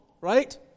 right